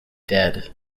dead